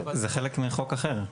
אבל זה חלק מחוק אחר.